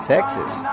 Texas